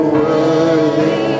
worthy